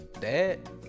dad